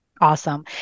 Awesome